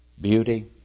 beauty